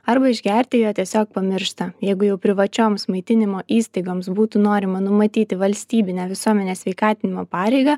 arba išgerti jo tiesiog pamiršta jeigu jau privačioms maitinimo įstaigoms būtų norima numatyti valstybinę visuomenės sveikatinimo pareigą